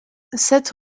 sept